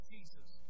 Jesus